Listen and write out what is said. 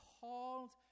called